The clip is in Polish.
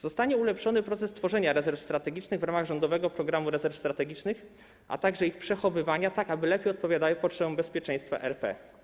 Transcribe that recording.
Zostanie ulepszony proces tworzenia rezerw strategicznych w ramach Rządowego Programu Rezerw Strategicznych, a także ich przechowywania, tak aby lepiej odpowiadały potrzebom bezpieczeństwa RP.